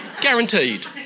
Guaranteed